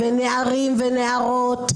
נערים ונערות.